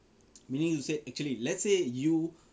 meaning to say actually let's say you